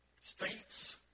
states